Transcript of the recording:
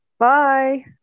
Bye